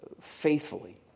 faithfully